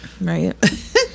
right